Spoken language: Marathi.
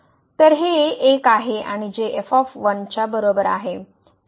तर हे 1 आहे आणि जे f च्या बरोबर आहे